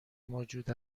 موجود